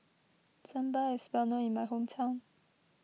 Sambar is well known in my hometown